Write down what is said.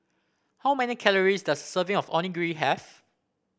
how many calories does a serving of Onigiri have